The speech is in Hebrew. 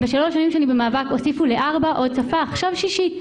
--- הוסיפו שפה שישית.